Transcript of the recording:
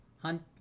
Hunt